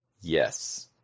Yes